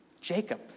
Jacob